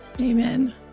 Amen